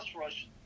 rush